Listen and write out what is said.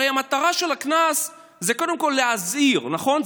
הרי המטרה של הקנס היא קודם כול להזהיר, נכון?